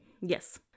Yes